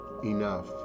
enough